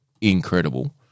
incredible